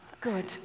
Good